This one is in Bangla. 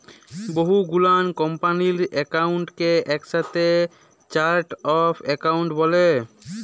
বহু গুলা কম্পালির একাউন্টকে একসাথে চার্ট অফ একাউন্ট ব্যলে